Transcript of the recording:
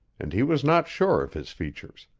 and he was not sure of his features,